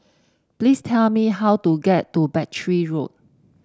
please tell me how to get to Battery Road